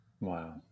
Wow